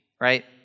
right